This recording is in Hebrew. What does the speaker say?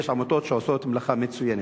יש עמותות שעושות מלאכה מצוינת.